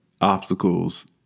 Obstacles